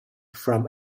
from